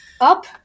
up